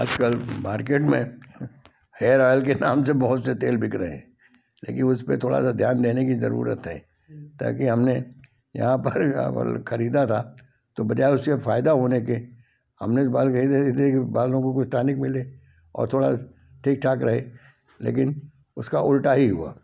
आजकल मार्केट में hair oil के नाम से बहुत से तेल बिक रहे हैं लेकिन उसमें थोड़ा सा ध्यान देने की जरूरत है ताकि हमने यहाँ पर खरीदा था तो बजाय उससे फायदा होने के हमने इस बार बाज लोगों को टॉनिक मिले और थोड़ा ठीक ठाक रहे लेकिन उसका उल्टा ही हुआ